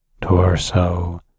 torso